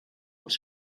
els